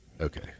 Okay